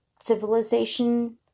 civilization